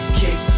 kick